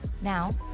Now